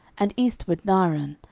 and eastward naaran,